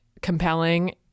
compelling